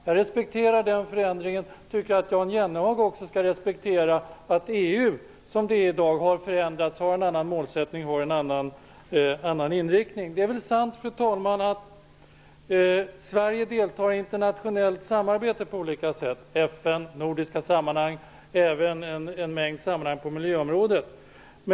Jag respekterar den förändringen och tycker att Jan Jennehag också skall respektera att EU, som det heter i dag, har förändrats och har en annan målsättning och inriktning. Det är sant, fru talman, att Sverige deltar i internationella samarbeten på olika sätt. Man gör det i FN, i nordiska sammanhang och även i en mängd sammanhang på miljöområdet.